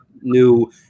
new